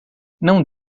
não